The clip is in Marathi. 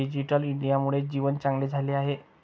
डिजिटल इंडियामुळे जीवन चांगले झाले आहे